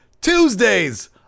Tuesdays